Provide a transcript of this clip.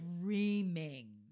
Dreaming